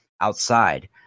outside